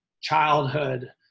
childhood